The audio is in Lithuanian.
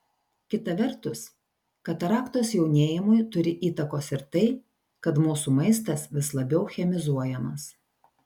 kita vertus kataraktos jaunėjimui turi įtakos ir tai kad mūsų maistas vis labiau chemizuojamas